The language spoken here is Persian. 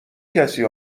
کسی